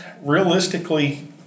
realistically